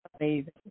amazing